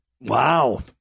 Wow